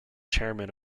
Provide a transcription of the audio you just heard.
chairman